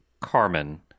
Carmen